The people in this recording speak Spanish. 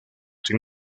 sin